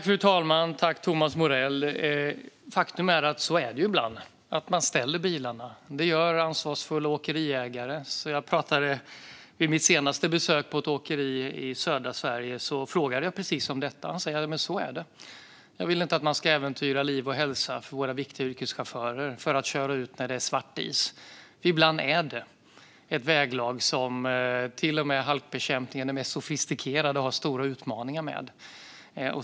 Fru talman! Faktum är att det är så ibland att man ställer bilarna. Det gör ansvarsfulla åkeriägare. Vid mitt senaste besök på ett åkeri i södra Sverige frågade jag precis om detta. Han sa: Så är det. Jag vill inte att man ska äventyra liv och hälsa för våra viktiga yrkeschaufförer för att köra ut när det är svartis. Ibland är det ett väglag som till och med den mest sofistikerade halkbekämpning har stora utmaningar med.